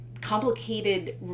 complicated